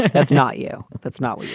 that's not you. that's not.